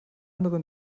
anderen